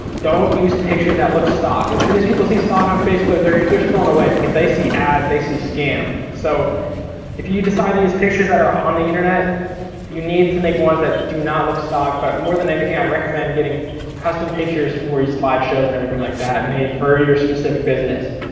don't use pictures that look stock. as soon as people see stock on facebook they're they're scrolling away, because they see ad, they see scam. so if you decide to use pictures that are on the internet you need to make ones that do not look stock. but more than anything i recommend getting custom pictures for your slideshows and everything like that made for your specific business.